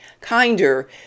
kinder